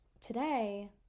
today